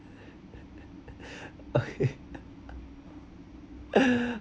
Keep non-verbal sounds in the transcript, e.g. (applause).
(laughs) okay (laughs)